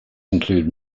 include